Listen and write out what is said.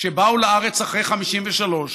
שבאו לארץ אחרי 1953,